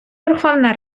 верховна